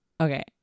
Okay